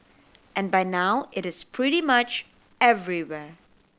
and by now it is pretty much everywhere